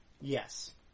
Yes